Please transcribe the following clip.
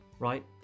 Right